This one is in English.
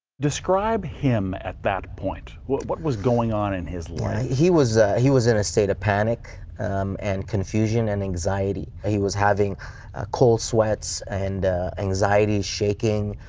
describe him at that point. what what was going on in his life? he was he was in a state of panic and confusion and anxiety. he was having cold sweats and anxiety, shaking,